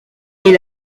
est